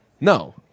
No